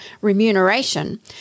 remuneration